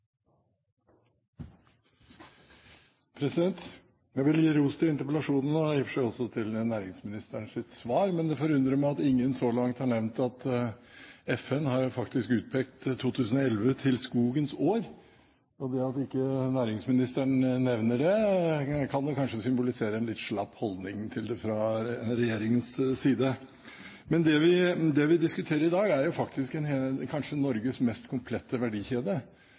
Jeg vil gi ros til interpellanten, og i og for seg også til næringsministeren for hans svar. Men det forundrer meg at ingen så langt har nevnt at FN faktisk har utpekt 2011 til skogens år, og at ikke næringsministeren nevner det, kan nok kanskje symbolisere en litt slapp holdning til det fra regjeringens side. Det vi diskuterer i dag, er kanskje Norges mest komplette verdikjede,